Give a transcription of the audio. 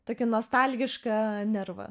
tokį nostalgišką nervą